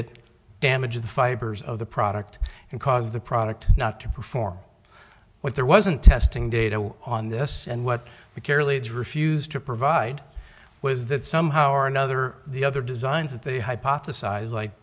it damage the fibers of the product and cause the product not to perform but there wasn't testing data on this and what you care leads refused to provide was that somehow or another the other designs that they hypothesize like